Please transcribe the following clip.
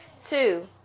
two